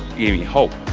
gave me hope.